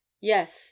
Yes